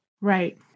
Right